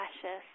precious